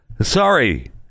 Sorry